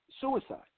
suicide